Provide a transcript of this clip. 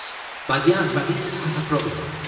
but yeah but this has a problem,